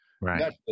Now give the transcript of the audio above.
Right